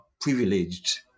privileged